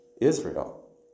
Israel